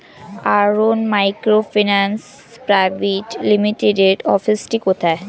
আরোহন microfinance private লিমিটেডের অফিসটি কোথায়?